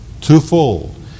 Twofold